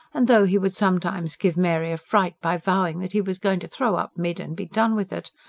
and though he would sometimes give mary a fright by vowing that he was going to throw up mid. and be done with it,